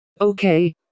Okay